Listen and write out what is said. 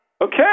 Okay